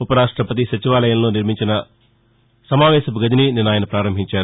ఉపరాష్టపతి సచివాలయంలో నిర్మించిన సమావేశపు గదిని నిన్న ఆయన ప్రారంభించారు